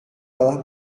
telah